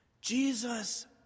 Jesus